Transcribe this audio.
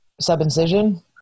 Sub-incision